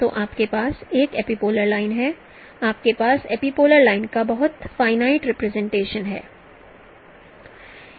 तो आपके पास एक एपीपोलर लाइन है आपके पास एपीपोलर लाइन का बहुत फाईनाइट रिप्रेजेंटेशन है